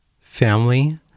family